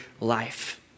life